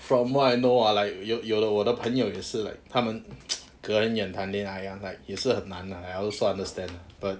from what I know ah like 有有的我的朋友也是 like 他们 人远谈恋爱 ya like 也是很难 lah I also understand lah but